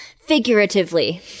figuratively